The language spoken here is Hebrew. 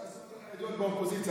לא משתלם שהסיעות החרדיות באופוזיציה,